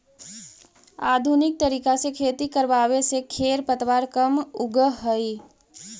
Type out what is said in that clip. आधुनिक तरीका से खेती करवावे से खेर पतवार कम उगह हई